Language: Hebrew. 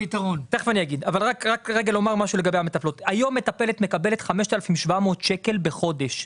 היום מטפלת מקבלת 5,700 שקל בחודש.